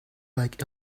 like